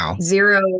zero